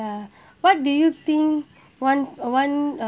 ya what do you think one~ one uh